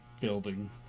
Building